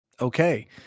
Okay